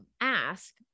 ask